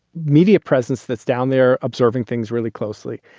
media presence that's down there observing things really closely,